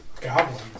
Goblins